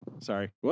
Sorry